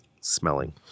smelling